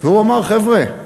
הוא אמר: חבר'ה,